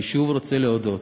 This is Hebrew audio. אני שוב רוצה להודות